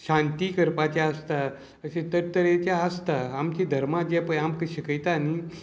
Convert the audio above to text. शांती करपाचें आसता अशे तरतरेचे आसता आमची धर्मा जें पय आमकां शिकयता न्ही